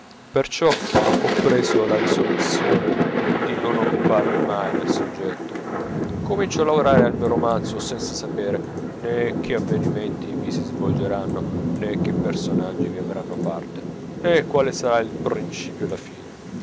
perciò ho preso la risoluzione di non occuparmi mai del soggetto comincio a lavorare al mio romanzo senza sapere nè che avvenimenti vi si svolgeranno nè che personaggi vi avranno parte nè quale sarà il principio e la fine